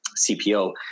CPO